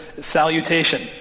salutation